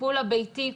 הטיפול הביתי,